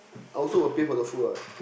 I also will pay for the food what